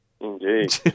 Indeed